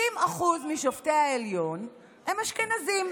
90% משופטי העליון הם אשכנזים,